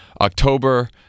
October